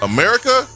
America